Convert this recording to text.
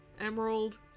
Emerald